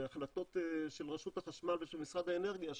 אלה החלטות של רשות החשמל ומשרד האנרגיה שעוברים,